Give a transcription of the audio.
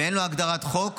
ואין לו הגדרת חוק